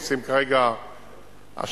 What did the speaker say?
עושים כרגע השלמה,